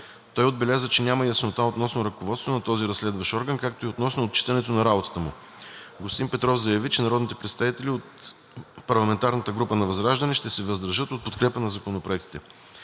Той отбеляза, че няма яснота относно ръководството на този разследващ орган, както и относно отчитането на работата му. Господин Петров заяви, че народните представители от ПГ ВЪЗРАЖДАНЕ ще се въздържат от подкрепа на законопроектите.